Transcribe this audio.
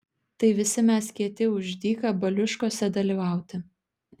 tai visi mes kieti už dyka baliuškose dalyvauti